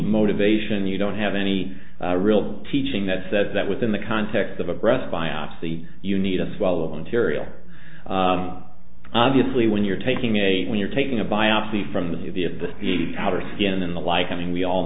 motivation you don't have any real teaching that says that within the context of a breast biopsy you need a swell of material obviously when you're taking a when you're taking a biopsy from the of the of the outer skin and the like having we all